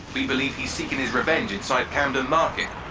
we believe he's seeking his revenge inside camden market.